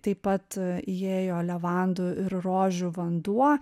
taip pat įėjo levandų ir rožių vanduo